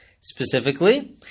specifically